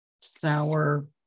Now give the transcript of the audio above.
sour